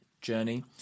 Journey